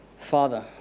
Father